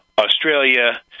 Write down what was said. Australia